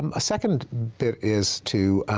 um a second bit is to